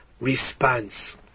response